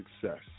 success